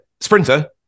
sprinter